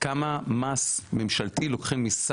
כמה מס ממשלתי לוקחים,